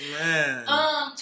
Man